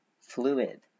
fluid